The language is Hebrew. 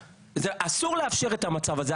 אסור לאפשר את המצב הזה,